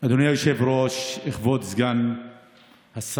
אדוני היושב-ראש, כבוד סגן השר,